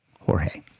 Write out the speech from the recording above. Jorge